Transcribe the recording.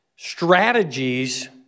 strategies